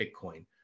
Bitcoin